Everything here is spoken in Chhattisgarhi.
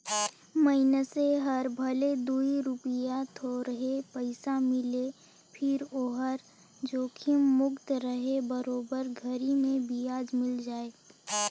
मइनसे हर भले दूई रूपिया थोरहे पइसा मिले फिर ओहर जोखिम मुक्त रहें बरोबर घरी मे बियाज मिल जाय